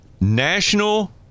national